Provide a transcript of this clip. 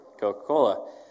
Coca-Cola